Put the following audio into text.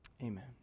Amen